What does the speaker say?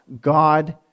God